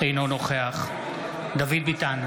אינו נוכח דוד ביטן,